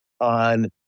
on